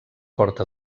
porta